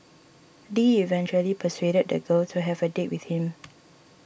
Lee eventually persuaded the girl to have a date with him